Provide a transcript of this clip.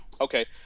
Okay